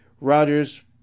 Rodgers